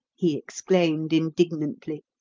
he exclaimed indignantly.